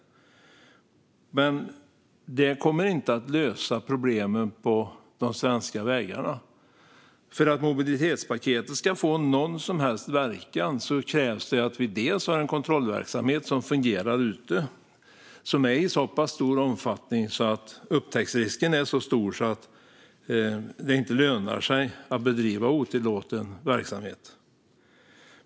Det kommer dock inte att lösa problemen på de svenska vägarna. För att mobilitetspaketet ska få någon som helst verkan krävs att vi har en kontrollverksamhet som fungerar ute, som är av den omfattningen att upptäcktsrisken blir så stor att det inte lönar sig att bedriva otillåten verksamhet.